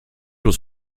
was